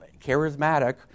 charismatic